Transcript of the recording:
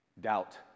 doubt